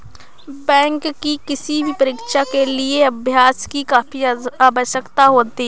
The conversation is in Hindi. बैंक की किसी भी परीक्षा के लिए अभ्यास की काफी आवश्यकता होती है